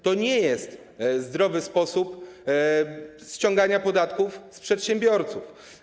To nie jest zdrowy sposób ściągania podatków z przedsiębiorców.